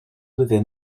within